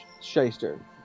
shyster